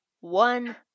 one